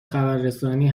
خبررسانی